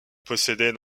possédait